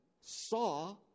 saw